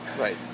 Right